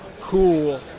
cool